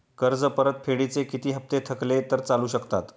कर्ज परतफेडीचे किती हप्ते थकले तर चालू शकतात?